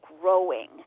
growing